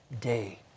day